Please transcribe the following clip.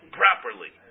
properly